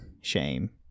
Shame